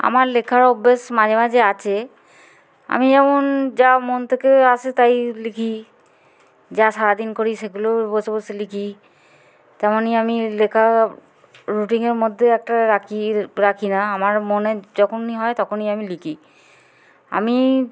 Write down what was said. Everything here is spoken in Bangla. আমার লেখার অভ্যেস মাঝে মাঝে আছে আমি যেমন যা মন থেকে আসে তাই লিখি যা সারাদিন করি সেগুলো বসে বসে লিখি তেমনই আমি লেখা রুটিনের মধ্যে একটা রাখি রাখি না আমার মনে যখনই হয় তখনই আমি লিখি আমি